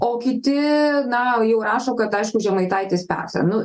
o kiti na jau rašo kad aišku žemaitaitis peza nu